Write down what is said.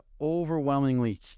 overwhelmingly